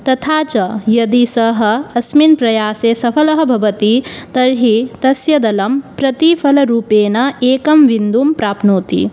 तथा च यदि सः अस्मिन् प्रयासे सफलः भवति तर्हि तस्य दलं प्रतिफलरूपेण एकं बिन्दुं प्राप्नोति